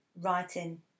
writing